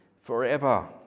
forever